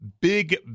Big